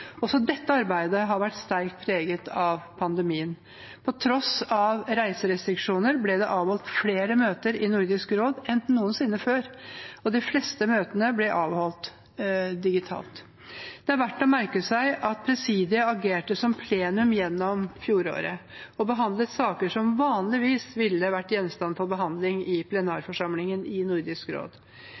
Også dette arbeidet har vært sterkt preget av pandemien. På tross av reiserestriksjoner ble det avholdt flere møter i Nordisk råd enn noensinne før. De fleste møtene ble avholdt digitalt. Det er verdt å merke seg at presidiet agerte som plenum gjennom fjoråret og behandlet saker som vanligvis ville vært gjenstand for behandling i plenarforsamlingen i Nordisk råd.